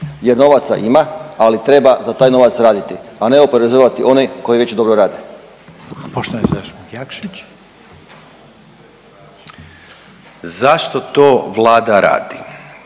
jer novaca ima, ali treba za taj novac raditi, a ne oporezovati one koji već dobro rade. **Reiner,